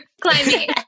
climbing